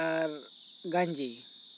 ᱟᱨ ᱜᱮᱱᱡᱤ